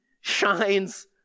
shines